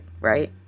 Right